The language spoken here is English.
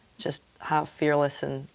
just how fearless and,